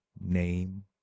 name